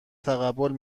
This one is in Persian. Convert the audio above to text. تقبل